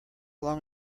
long